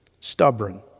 Stubborn